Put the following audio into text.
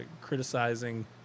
criticizing